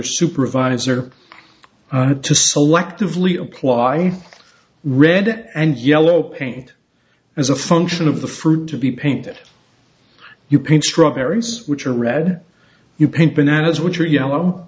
supervisor to selectively apply red and yellow paint as a function of the fruit to be painted you construct barriers which are red you paint bananas which are yellow